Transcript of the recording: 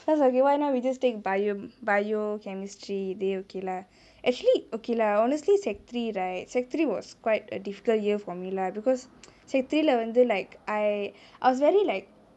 then I was like why not we just take bio~ biology chemistry they okay lah actually okay lah honestly secondary three right secondary three was quite a difficult year for me lah because secondary three லே வந்து:le vanthu like I I was very like